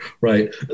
right